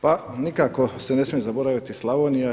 Pa nikako se ne smije zaboraviti Slavonija.